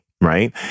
right